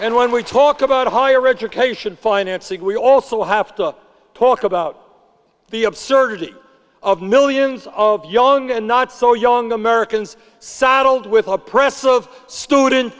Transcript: and when we talk about higher education financing we also have to talk about the absurdity of millions of young and not so young americans saddled with a press of student